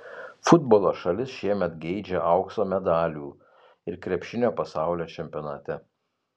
futbolo šalis šiemet geidžia aukso medalių ir krepšinio pasaulio čempionate